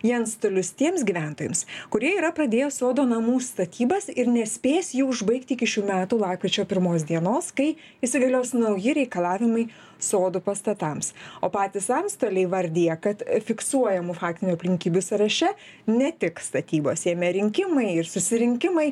į antstolius tiems gyventojams kurie yra pradėję sodo namų statybas ir nespės jų užbaigti iki šių metų lapkričio pirmos dienos kai įsigalios nauji reikalavimai sodų pastatams o patys antstoliai įvardija kad fiksuojamų faktinių aplinkybių sąraše ne tik statybos jame rinkimai ir susirinkimai